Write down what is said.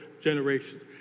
generations